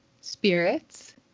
spirits